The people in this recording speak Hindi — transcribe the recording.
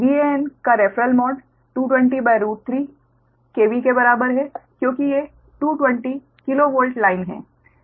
Van का रेफरल मॉड 2203 KV के बराबर है क्योंकि ये 220 किलो वोल्ट लाइन है